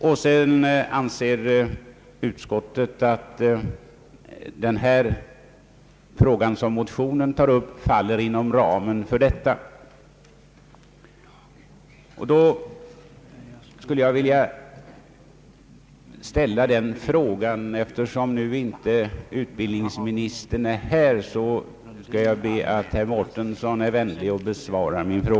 Utskottet anser att den fråga som motionen tar upp faller inom ramen för denna promemoria. Jag skulle vilja ställa en fråga, och eftersom utbildningsministern inte är närvarande här ber jag att herr Mårtensson är vänlig att besvara den.